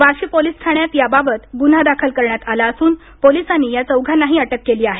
Vashi police ठाण्यात याबाबत गुन्हा दाखल करण्यात आला असून पोलिसांनी या चौघांनाही अटक केली आहे